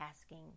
asking